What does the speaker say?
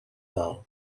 dalt